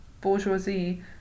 bourgeoisie